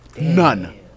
none